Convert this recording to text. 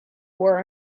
were